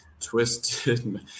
Twisted